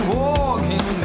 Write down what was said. walking